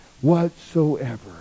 Whatsoever